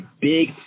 big